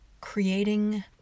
creating